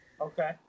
Okay